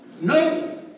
No